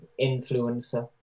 Influencer